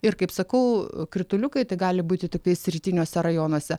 ir kaip sakau krituliukai tai gali būti tiktais rytiniuose rajonuose